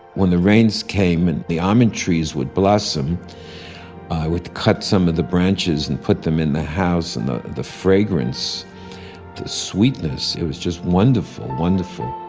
when the rains came and the almond trees would blossom i would cut some of the branches and put them in the house and the the fragrance, the sweetness, it was just wonderful, wonderful